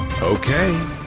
Okay